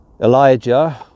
Elijah